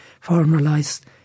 formalized